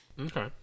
okay